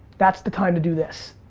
that's the time to do this.